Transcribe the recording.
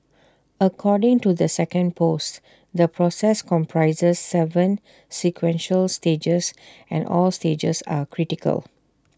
according to the second post the process comprises Seven sequential stages and all stages are critical